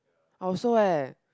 I also leh